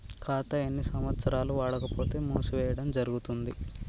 ఖాతా ఎన్ని సంవత్సరాలు వాడకపోతే మూసివేయడం జరుగుతుంది?